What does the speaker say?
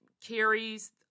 carries